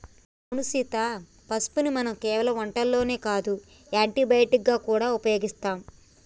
అవును సీత పసుపుని మనం కేవలం వంటల్లోనే కాదు యాంటీ బయటిక్ గా గూడా ఉపయోగిస్తాం